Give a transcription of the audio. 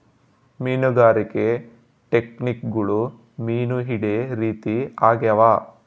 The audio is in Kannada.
ಮೀನುಗಾರಿಕೆ ಟೆಕ್ನಿಕ್ಗುಳು ಮೀನು ಹಿಡೇ ರೀತಿ ಆಗ್ಯಾವ